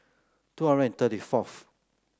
two hundred and thirty fourth